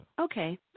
okay